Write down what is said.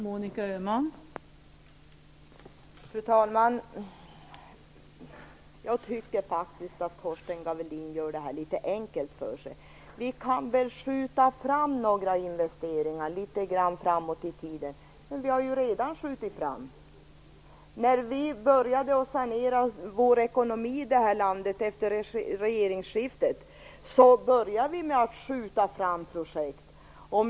Fru talman! Jag tycker att Torsten Gavelin gör det litet enkelt för sig. Vi kan väl skjuta fram några investeringar litet grand framåt i tiden, säger han. Men vi har ju redan skjutit fram investeringar. När vi började att sanera ekonomin i det här landet efter regeringsskiftet startade vi med att skjuta fram projekt i tiden.